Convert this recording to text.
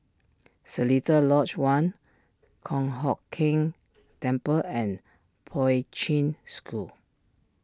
Seletar Lodge one Kong Hock Keng Temple and Poi Ching School